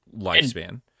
lifespan